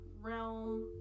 realm